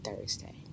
Thursday